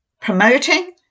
promoting